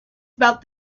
about